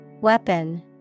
Weapon